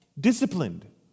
disciplined